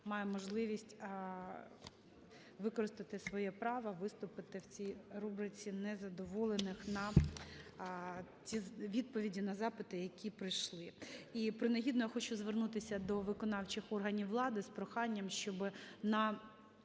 має можливість використати своє право виступити в цій рубриці незадоволених на ті відповіді на запити, які прийшли. І принагідно, я хочу звернутися до виконавчих органів влади з проханням, щоби на